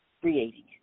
creating